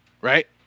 right